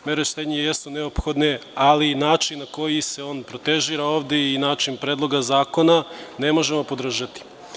Mere štednje jesu neophodne, ali način na koji se on protežira ovde i način predloga zakona ne možemo podržati.